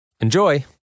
Enjoy